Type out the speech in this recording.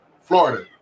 florida